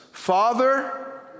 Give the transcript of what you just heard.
Father